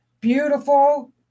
beautiful